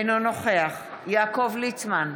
אינו נוכח יעקב ליצמן,